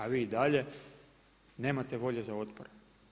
A vi i dalje nemate volje za otporom.